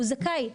הוא זכאי,